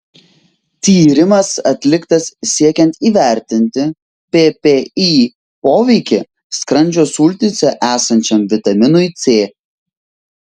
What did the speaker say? tyrimas atliktas siekiant įvertinti ppi poveikį skrandžio sultyse esančiam vitaminui c